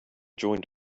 joined